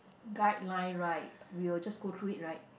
guideline right we will just go through it right